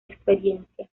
experiencia